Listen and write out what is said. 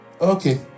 Okay